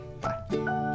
Bye